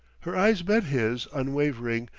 her eyes met his, unwavering,